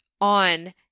on